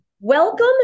welcome